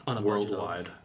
worldwide